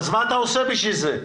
אז מה אתה עושה בשביל זה?